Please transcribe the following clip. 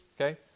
okay